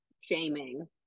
shaming